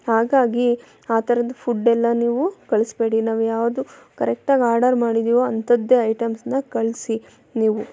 ಹಾಗಾಗಿ ಆ ಥರದ್ದು ಫುಡ್ ಎಲ್ಲ ನೀವು ಕಳಿಸಬೇಡಿ ನಾವು ಯಾವುದು ಕರೆಕ್ಟಾಗಿ ಆರ್ಡರ್ ಮಾಡಿದ್ದೆವೋ ಅಂಥದ್ದೆ ಐಟಮ್ಸ್ನ ಕಳಿಸಿ ನೀವು